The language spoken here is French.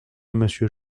monsieur